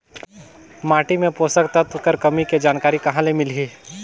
माटी मे पोषक तत्व कर कमी के जानकारी कहां ले मिलही?